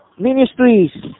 ministries